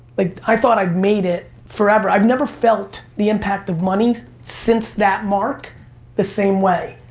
like i thought i'd made it forever, i've never felt the impact of money since that mark the same way,